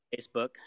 facebook